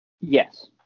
Yes